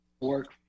work